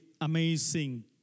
amazing